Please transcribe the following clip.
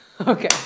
Okay